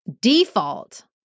default